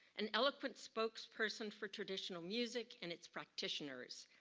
and eloquent spoke person for traditional music and its practitioners.